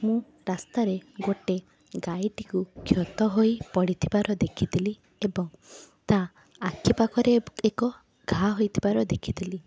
ମୁଁ ରାସ୍ତାରେ ଗୋଟେ ଗାଈଟିକୁ କ୍ଷତ ହୋଇ ପଡ଼ିଥିବାର ଦେଖିଥିଲି ଏବଂ ତା ଆଖି ପାଖରେ ଏକ ଘା ହୋଇଥିବାର ଦେଖିଥିଲି